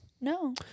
No